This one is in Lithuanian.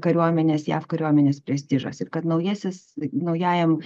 kariuomenės jav kariuomenės prestižas ir kad naujasis naujajam